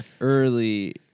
early